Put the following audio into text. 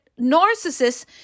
narcissists